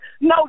No